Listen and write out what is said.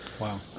Wow